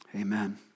Amen